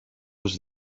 was